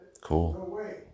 Cool